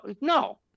No